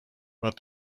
but